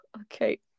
Okay